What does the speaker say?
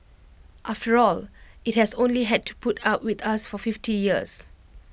after all IT has only had to put up with us for fifty years